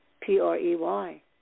P-R-E-Y